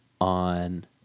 on